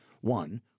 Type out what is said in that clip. One